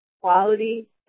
quality